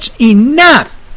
enough